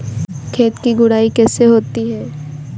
खेत की गुड़ाई कैसे होती हैं?